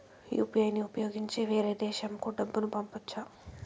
UPI ని ఉపయోగించి వేరే దేశంకు డబ్బును పంపొచ్చా?